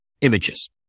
images